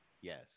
yes